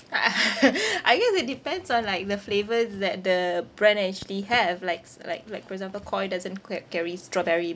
I guess it depends on like the flavours that the brand actually have likes like like for example koi doesn't ca~ carry strawberry